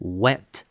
wet